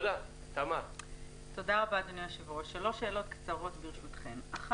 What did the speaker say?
שלוש שאלות קצרות, ברשותכם.